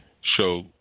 show